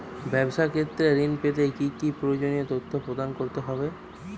ব্যাবসা ক্ষেত্রে ঋণ পেতে কি কি প্রয়োজনীয় তথ্য প্রদান করতে হবে?